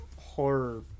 horror